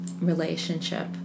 relationship